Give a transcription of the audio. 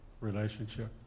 relationship